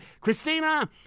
Christina